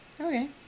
Okay